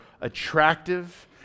attractive